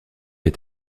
est